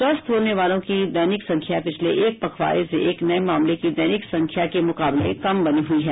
स्वस्थ होने वालों की दैनिक संख्या पिछले एक पखवाड़ें से नए मामलों की दैनिक संख्या के मुकाबले कम बनी हुई है